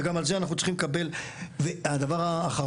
וגם על זה אנחנו צריכים לקבל --- והדבר האחרון,